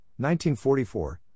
1944